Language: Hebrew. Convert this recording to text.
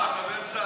אתה באמצע?